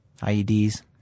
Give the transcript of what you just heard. IEDs